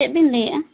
ᱪᱮᱫ ᱵᱤᱱ ᱞᱟᱹᱭᱮᱜᱼᱟ